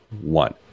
one